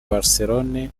barcelone